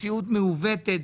מציאות מעוותת.